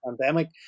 pandemic